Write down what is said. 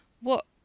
What